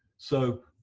so